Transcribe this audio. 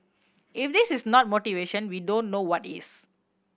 if this is not motivation we don't know what is